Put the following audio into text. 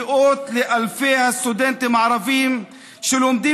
כאות לאלפי הסטודנטים הערבים שלומדים